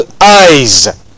eyes